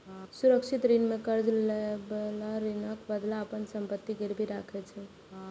सुरक्षित ऋण मे कर्ज लएबला ऋणक बदला अपन संपत्ति गिरवी राखै छै